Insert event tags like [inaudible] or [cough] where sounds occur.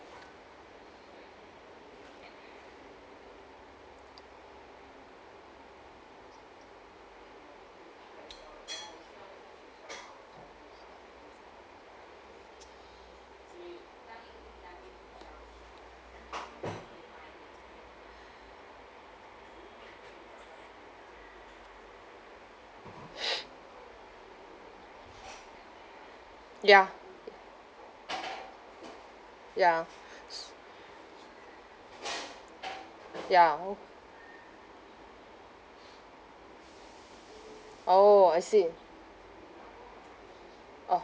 [noise] ya ya s~ ya o~ orh I see orh